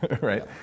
right